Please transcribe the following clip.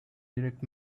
direct